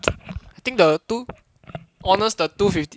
I think the two honest the two fifty